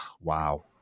wow